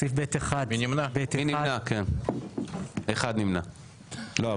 הצבעה בעד, 7 נגד, 9 נמנעים, אין לא אושר.